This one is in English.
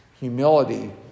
humility